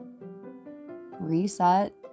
reset